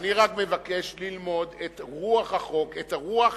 אני מבקש רק ללמוד את רוח החוק, את רוח